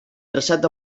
traçat